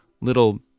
little